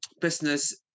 business